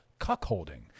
cuckolding